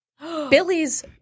Billy's